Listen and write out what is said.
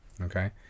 Okay